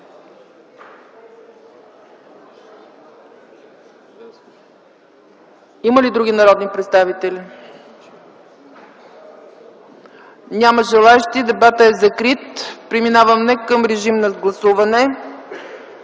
Има ли други народни представители? Няма желаещи. Дебатът е закрит. Преминаваме към режим на гласуване.